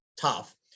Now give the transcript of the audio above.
tough